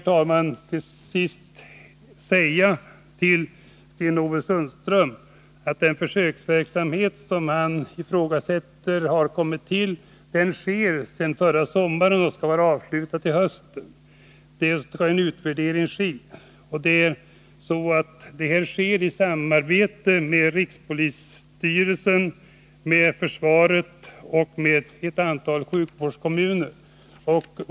Sten-Ove Sundström ifrågasätter om försöksverksamheten har kommit till stånd. Jag vill då tala om att den pågår sedan förra sommaren och skall vara avslutad till hösten. Därefter skall en utvärdering ske. Försöksverksamheten bedrivs i samarbete med rikspolisstyrelsen, försvaret och ett antal sjukvårdskommuner.